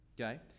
okay